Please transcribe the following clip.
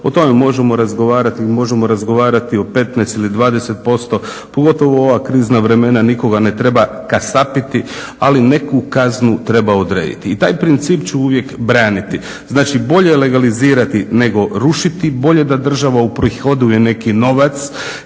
o tome možemo razgovarati ili možemo razgovarati o 15 ili 20%. Pogotovo u ova krizna nikoga ne treba kasapiti, ali neku kaznu treba odrediti. I taj princip ću uvijek braniti. Znači bolje legalizirati nego rušiti, bolje da država uprihoduje neki novac.